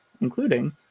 including